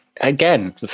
Again